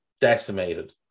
decimated